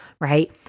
right